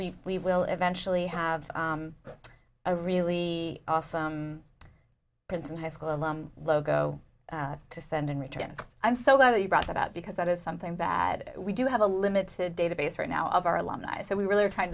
then we will eventually have a really awesome princeton high school alum logo to send in return and i'm so glad that you brought that up because that is something bad we do have a limited database right now of our alumni so we really are trying